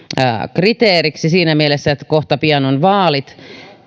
kriteeriksi siinä mielessä että kohta pian on vaalit